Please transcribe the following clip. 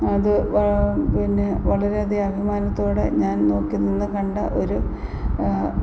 അതു വാ പിന്നെ വളരെയധികം അഭിമാനത്തോടെ ഞാൻ നോക്കി നിന്നു കണ്ട ഒരു